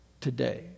today